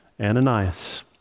Ananias